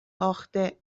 باخته